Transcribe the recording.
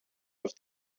auf